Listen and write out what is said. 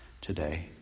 today